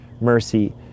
mercy